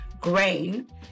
grain